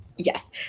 Yes